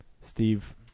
Steve